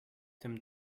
dem